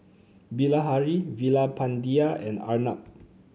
Bilahari Veerapandiya and Arnab